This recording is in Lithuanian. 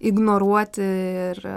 ignoruoti ir